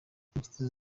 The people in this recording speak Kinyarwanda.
inshuti